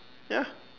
ya